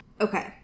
Okay